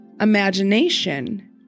Imagination